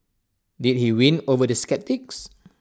did he win over the sceptics